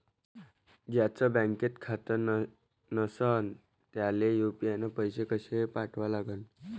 ज्याचं बँकेत खातं नसणं त्याईले यू.पी.आय न पैसे कसे पाठवा लागन?